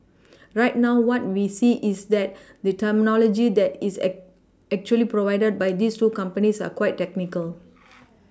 right now what we see is that the terminology that is actually provided by these two companies are quite technical